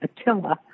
Attila